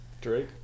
Drake